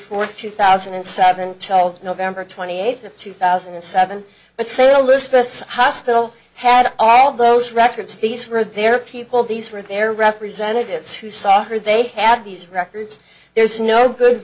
fourth two thousand and seven child november twenty eighth of two thousand and seven but say a list this hospital had all those records these were their people these were their representatives who saw her they had these records there's no good